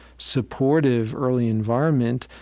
supportive, early environment,